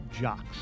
jocks